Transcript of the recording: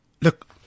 look